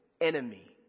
enemy